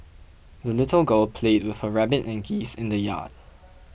the little girl played with her rabbit and geese in the yard